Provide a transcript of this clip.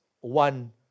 one